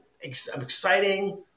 exciting